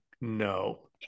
No